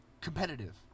competitive